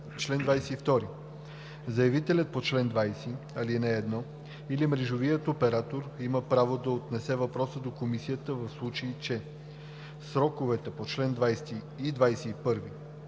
„Чл. 22. Заявителят по чл. 20, ал. 1 или мрежовият оператор има право да отнесе въпроса до Комисията, в случай че в сроковете по чл. 20 и 21: